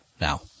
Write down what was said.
now